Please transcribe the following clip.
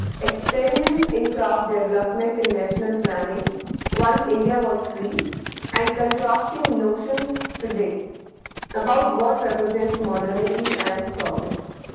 experiments in craft development in national planning once india was free and contrasting notions today about what represents modernity and progress.